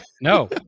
no